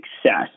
success